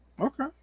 Okay